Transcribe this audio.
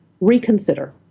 Reconsider